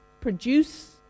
produce